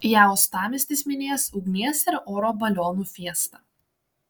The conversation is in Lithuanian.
ją uostamiestis minės ugnies ir oro balionų fiesta